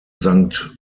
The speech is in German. sankt